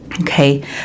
Okay